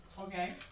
Okay